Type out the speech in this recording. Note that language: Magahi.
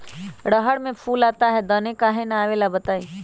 रहर मे फूल आता हैं दने काहे न आबेले बताई?